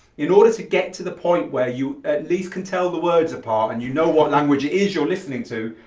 order to get to the point where you at least can tell the words apart and you know what language it is you're listening to,